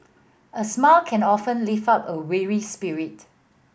a smile can often lift up a weary spirit